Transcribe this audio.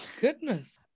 goodness